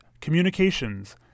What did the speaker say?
communications